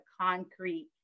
concrete